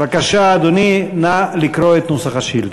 בבקשה, אדוני, נא לקרוא את נוסח השאילתה.